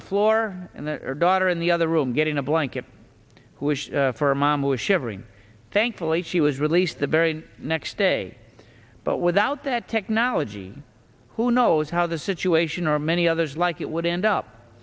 the floor and her daughter in the other room getting a blanket who was for mom was shivering thankfully she was released the very next day but without that technology who knows how the situation or many others like it would end up